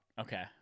Okay